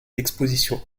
expositions